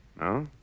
No